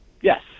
Yes